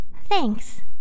Thanks